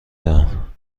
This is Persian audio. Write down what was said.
دهم